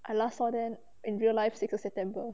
I last saw them in real life six of september